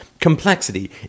Complexity